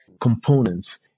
components